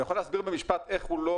הוא יכול להסביר במשפט איך הוא לא